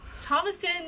Thomason